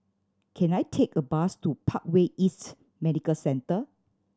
can I take a bus to Parkway East Medical Centre